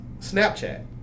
Snapchat